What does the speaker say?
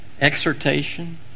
exhortation